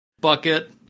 bucket